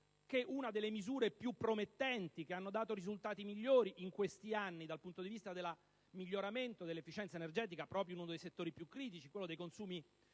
che una delle misure più promettenti e che hanno dato risultati migliori in questi anni dal punto di vista del miglioramento dell'efficienza energetica (proprio in uno dei settori più critici, quello dei consumi